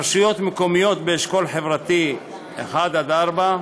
1. רשויות מקומיות באשכול חברתי 1 4,